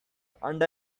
and